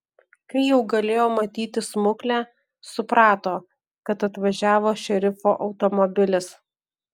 kai jau galėjo matyti smuklę suprato kad atvažiavo šerifo automobilis